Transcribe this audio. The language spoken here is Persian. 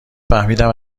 فهمیدم